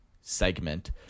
segment